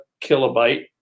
kilobyte